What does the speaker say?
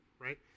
right